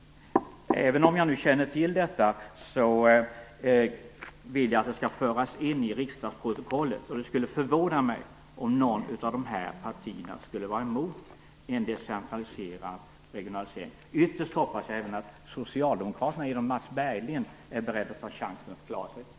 Även om jag känner till detta, vill jag att detta skall föras in i riksdagsprotokollet. Det skulle förvåna mig om något av de här partierna skulle vara emot en decentraliserad regionalisering. Ytterst hoppas jag att även Socialdemokraterna, genom Mats Berglind, är beredda att ta chansen att förklara sig.